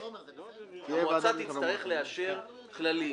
המועצה תצטרך לאשר כללים